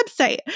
website